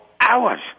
hours